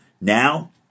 now